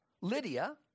Lydia